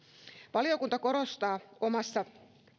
valiokunta korostaa omassa